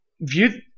view